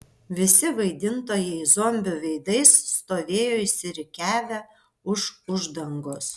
visi vaidintojai zombių veidais stovėjo išsirikiavę už uždangos